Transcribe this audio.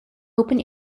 open